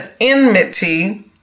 enmity